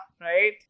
right